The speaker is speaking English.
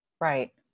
Right